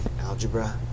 algebra